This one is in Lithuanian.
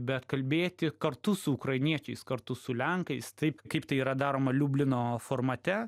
bet kalbėti kartu su ukrainiečiais kartu su lenkais taip kaip tai yra daroma liublino formate